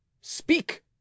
speak